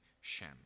Shem